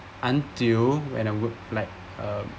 until when I'm walk like uh